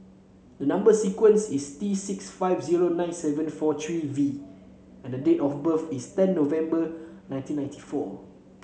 the number sequence is T six five zero nine seven four three V and the date of birth is ten November nineteen ninety four